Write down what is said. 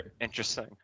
Interesting